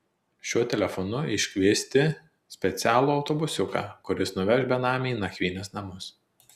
šiuo telefonu iškviesti specialų autobusiuką kuris nuveš benamį į nakvynės namus